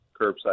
curbside